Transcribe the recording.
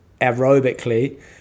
aerobically